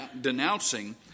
denouncing